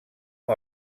amb